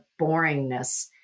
boringness